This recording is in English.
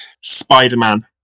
Spider-Man